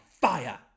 fire